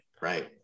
right